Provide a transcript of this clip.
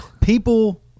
people